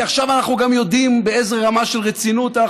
כי עכשיו אנחנו גם יודעים באיזו רמה של רצינות אנחנו